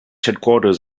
headquarters